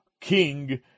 King